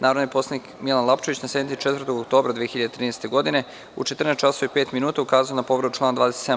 Narodni poslanik Milan Lapčević, na sednici 4. oktobra 2013. godine, u 14 časova i pet minuta, ukazao je na povredu člana 27.